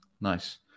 nice